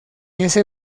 ese